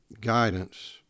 guidance